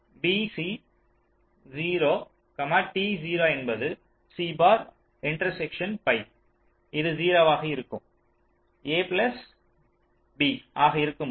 b c 0 t 0 என்பது c bar intersection by இது 0 ஆக இருக்கும் a பிளஸ் b ஆக இருக்கும்போது